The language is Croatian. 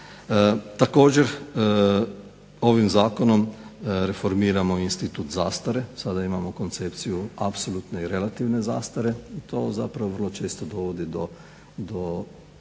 Također, ovim Zakonom reformiramo i institut zastare. Sada imamo koncepciju apsolutne i relativne zastare. I to zapravo vrlo često dovodi do teškog